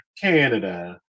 Canada